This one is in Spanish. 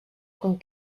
con